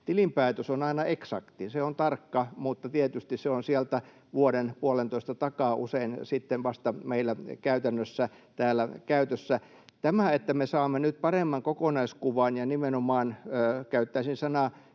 Tilinpäätös on aina eksakti. Se on tarkka, mutta tietysti se on sieltä vuoden, puolentoista takaa usein sitten vasta meillä käytännössä täällä käytössä. Tämä, että me saamme nyt paremman kokonaiskuvan — ja nimenomaan käyttäisin sanaa